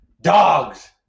Dogs